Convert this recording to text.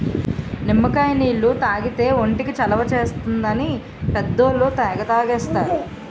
నిమ్మకాయ నీళ్లు తాగితే ఒంటికి చలవ చేస్తుందని పెద్దోళ్ళు తెగ తాగేస్తారు